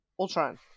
Ultron